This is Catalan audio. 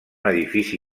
edifici